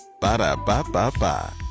Ba-da-ba-ba-ba